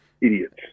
idiots